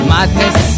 Madness